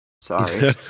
Sorry